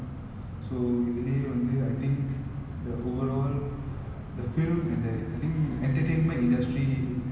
because it has been contained and everybody was advised to stay at home so அதுலயே ஒரு ஒரு:athulaye oru oru sacrifice ஆகிரிச்சு:aakirichu for the or like the